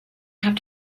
have